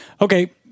Okay